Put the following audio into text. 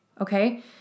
Okay